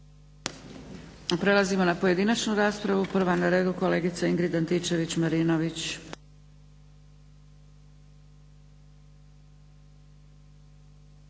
Prelazimo na pojedinačnu raspravu. Prva na redu Ingrid Antičević-Marinović.